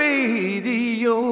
Radio